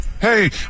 Hey